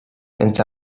ens